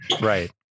right